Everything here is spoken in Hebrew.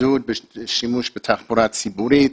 עידוד שימוש בתחבורה ציבורית,